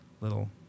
little